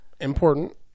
Important